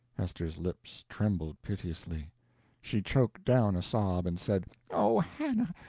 hester's lips trembled piteously she choked down a sob, and said oh, hannah,